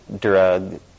drug